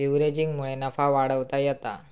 लीव्हरेजिंगमुळे नफा वाढवता येता